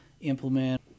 implement